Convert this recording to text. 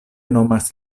nomas